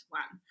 one